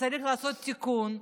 שצריך לעשות תיקון,